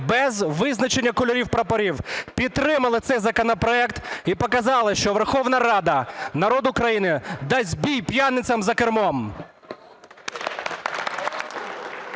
без визначення кольорів прапорів, підтримали цей законопроект і показали, що Верховна Рада, народ України дасть бій п'яницям за кермом!